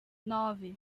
nove